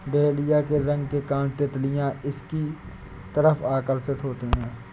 dahlia के रंग के कारण तितलियां इसकी तरफ आकर्षित होती हैं